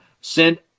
send